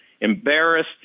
embarrassed